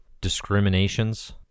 discriminations